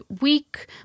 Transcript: week